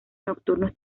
nocturnos